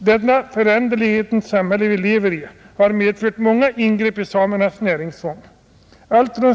Det föränderlighetens samhälle vi lever i har medfört många ingrepp i samernas näringsfång.